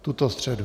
Tuto středu.